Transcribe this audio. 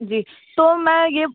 जी तो मैं यह